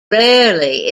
rarely